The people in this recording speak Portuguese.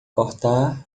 cortar